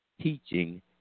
teaching